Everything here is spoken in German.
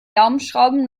daumenschrauben